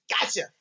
Gotcha